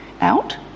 out